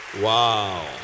Wow